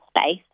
space